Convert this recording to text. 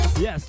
Yes